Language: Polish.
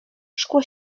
szkło